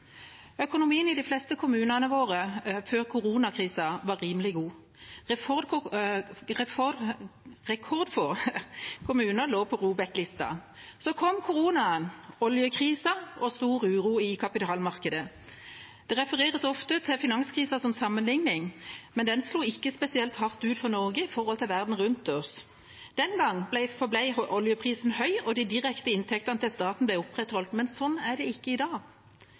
Økonomien i de fleste kommunene våre før koronakrisa var rimelig god. Rekordfå kommuner lå på ROBEK-lista. Så kom koronaen, oljekrisa og stor uro i kapitalmarkedet. Det refereres ofte til finanskrisa som sammenligning, men den slo ikke spesielt hardt ut for Norge i forhold til verden rundt oss. Den gang forble oljeprisen høy, og de direkte inntektene til staten ble opprettholdt, men sånn er det ikke i dag.